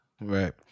Right